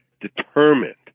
determined